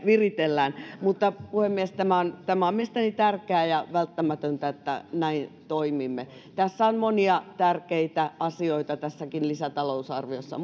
viritellään mutta puhemies tämä on mielestäni tärkeää ja välttämätöntä että näin toimimme tässä on monia tärkeitä asioita tässäkin lisätalousarviossa